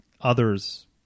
others